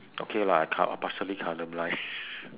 okay lah I co~ I partially colour blind